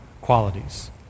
qualities